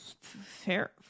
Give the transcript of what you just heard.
Fair